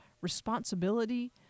responsibility